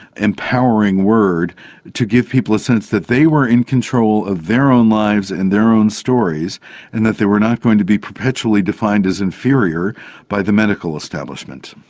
empowering word to give people a sense that they were in control of their own lives and their own stories and that they were not going to be perpetually defined as inferior by the medical establishment.